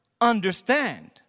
understand